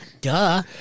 Duh